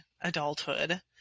adulthood